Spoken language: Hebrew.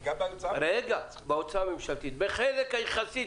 בחלק יחסי.